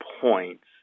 points